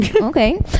okay